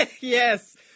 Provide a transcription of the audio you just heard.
yes